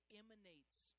emanates